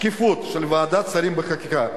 שקיפות של ועדת שרים לחקיקה.